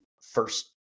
first